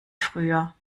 früher